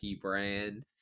brand